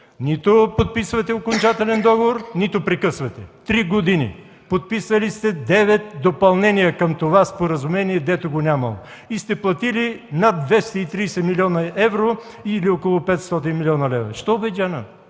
нито подписвате окончателен договор, нито прекъсвате. Три години! Подписали сте 9 допълнения към това споразумение, дето го нямало, и сте платили над 230 млн. евро или около 500 млн. лв. Защо бе джанъм?!